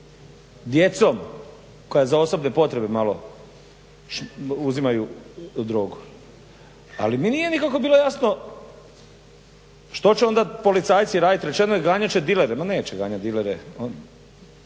djecom koja za osobne potrebe malo uzimaju drogu. Ali mi nije nikako bilo jasno što će onda policajci raditi. Rečeno je ganjat će dilere. Ma neće ganjat dilere.